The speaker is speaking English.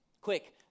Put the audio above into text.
Quick